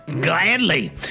Gladly